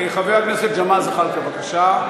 חבר הכנסת ג'מאל זחאלקה, בבקשה.